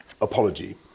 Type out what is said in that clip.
apology